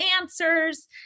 answers